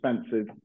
expensive